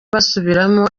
basubiramo